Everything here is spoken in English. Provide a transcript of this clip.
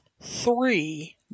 Three